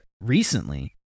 recently